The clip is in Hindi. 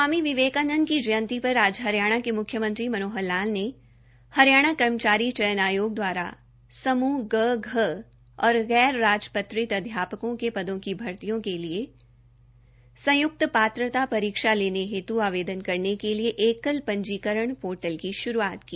स्वामी विवेकानंद की जयंती पर आज हरियाणा के मुख्यमंत्री मनोहर लाल ने हरियाणा कर्मचारी चयन आयोग दवारा समूह ग घ और गैर राजपत्रित अध्यापकों के पदों की भर्तियों के लिए संय्क्त पात्रता परीक्षा लेने हेत् आवेदन करने के लिए एकल पंजीकरण पोर्टल की शुरूआत की